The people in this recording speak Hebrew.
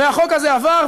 והחוק הזה עבר,